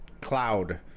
cloud